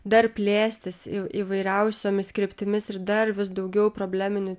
dar plėstis į įvairiausiomis kryptimis ir dar vis daugiau probleminių